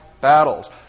battles